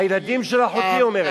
הילדים של אחותי, היא אומרת.